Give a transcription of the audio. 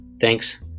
thanks